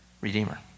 redeemer